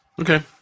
Okay